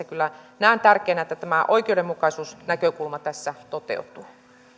kyllä pidän tärkeänä että tämä oikeudenmukaisuusnäkökulma tässä toteutuu